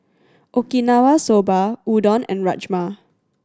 Okinawa Soba Udon and Rajma